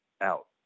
out